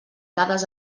dades